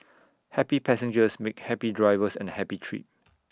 happy passengers make happy drivers and A happy trip